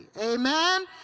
amen